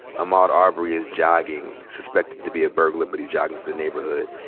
ahmaud arbery is jogging, suspected to be a burglar but he's jogging through the neighborhood.